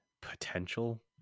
potential